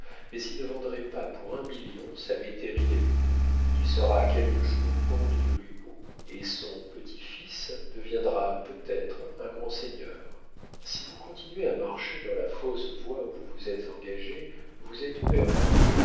mais il ne vendrait pas pour un million sa métairie des lupeaulx il sera quelque jour comte des lupeaulx et son petit-fils deviendra peut-être un grand seigneur si vous continuez à marcher dans la fausse voie où vous vous êtes engagé vous êtes perdu